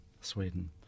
Sweden